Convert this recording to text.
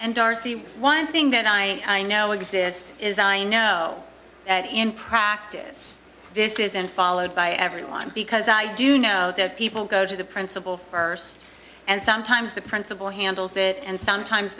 darcey one thing that i know exist is i know that in practice this isn't followed by everyone because i do know that people go to the principal first and sometimes the principal handles it and sometimes